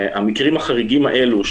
המקרים החריגים האלו,